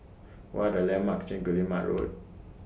What Are The landmarks near Guillemard Road